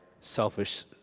selfish